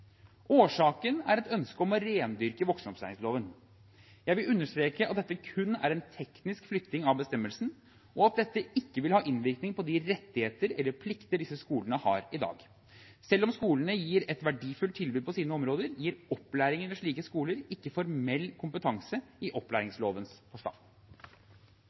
Årsaken er et ønske om å rendyrke voksenopplæringsloven. Jeg vil understreke at dette kun er en teknisk flytting av bestemmelsen, og at dette ikke vil ha innvirkning på de rettigheter eller plikter disse skolene har i dag. Selv om skolene gir et verdifullt tilbud på sine områder, gir opplæringen ved slike skoler ikke formell kompetanse i opplæringslovens forstand.